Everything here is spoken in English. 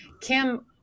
Kim